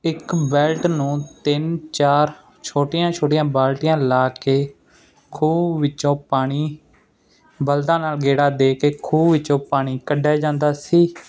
ਇੱਕ ਬੈਲਟ ਨੂੰ ਤਿੰਨ ਚਾਰ ਛੋਟੀਆਂ ਛੋਟੀਆਂ ਬਾਲਟੀਆਂ ਲਾ ਕੇ ਖੂਹ ਵਿੱਚੋਂ ਪਾਣੀ ਬਲਦਾ ਨਾਲ ਗੇੜਾ ਦੇ ਕੇ ਖੂਹ ਵਿੱਚੋਂ ਪਾਣੀ ਕੱਢਿਆ ਜਾਂਦਾ ਸੀ